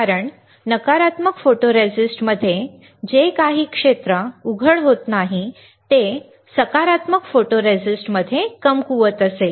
कारण नकारात्मक फोटोरिस्टिस्टमध्ये जे काही क्षेत्र उघड होत नाही ते सकारात्मक फोटोरिस्टिस्टमध्ये कमकुवत असेल